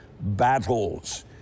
battles